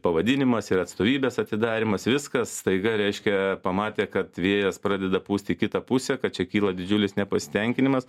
pavadinimas ir atstovybės atidarymas viskas staiga reiškia pamatė kad vėjas pradeda pūst į kitą pusę kad čia kyla didžiulis nepasitenkinimas